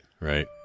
right